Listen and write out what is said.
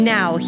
Now